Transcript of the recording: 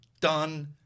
Done